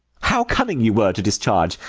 how cunning you were to discharge!